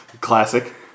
Classic